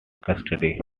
custody